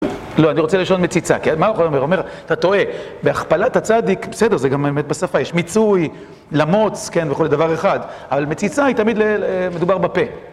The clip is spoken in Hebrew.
לא, אני רוצה לשון מציצה, כי מה אוכל אומר? אומר, אתה טועה. בהכפלת הצדיק, בסדר, זה גם באמת בשפה. יש מיצוי, למוץ, כן, וכו', דבר אחד. אבל מציצה היא תמיד מדובר בפה.